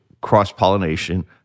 cross-pollination